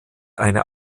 eine